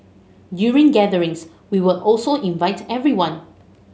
during gatherings we would also invite everyone